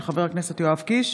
פ/3660/24, של חבר הכנסת יואב קיש,